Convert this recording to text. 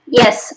yes